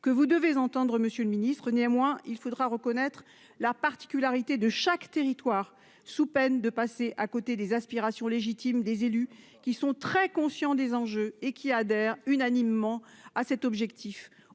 que vous devez entendre Monsieur le Ministre, néanmoins il faudra reconnaître la particularité de chaque territoire sous peine de passer à côté des aspirations légitimes des élus qui sont très conscients des enjeux et qui adhère unanimement à cet objectif,